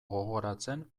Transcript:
gogoratzen